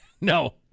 no